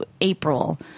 April